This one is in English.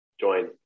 join